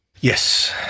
Yes